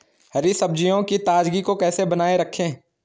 हरी सब्जियों की ताजगी को कैसे बनाये रखें?